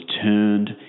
turned